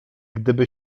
gdyby